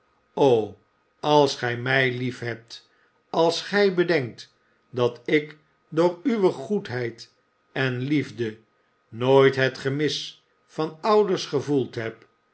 o als gij mij liefhebt als gij bedenkt dat ik door uwe goedheid en liefde nooit het gemis van ouders gevoeld heb